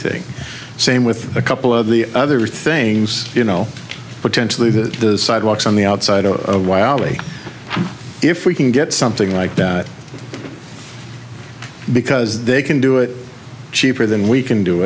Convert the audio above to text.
thing same with a couple of the other things you know potentially the sidewalks on the outside of wiley if we can get something like that because they can do it cheaper than we can do